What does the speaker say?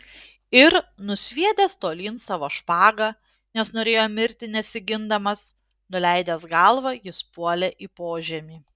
ir nusviedęs tolyn savo špagą nes norėjo mirti nesigindamas nuleidęs galvą jis puolė į požemį